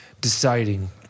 deciding